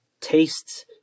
tastes